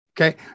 Okay